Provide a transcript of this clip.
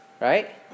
Right